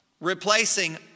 replacing